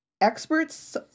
experts